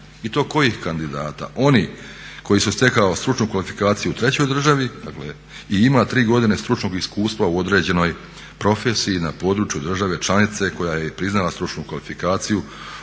I to kojih kandidata? Onih koji su stekli stručnu kvalifikaciju u trećoj državi i ima 3 godine stručnog iskustva u određenoj profesiji na području države članice koja je priznala stručnu kvalifikaciju